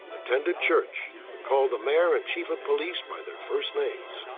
attended church, and called the mayor and chief of police by their first names.